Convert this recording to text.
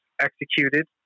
executed